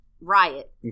riot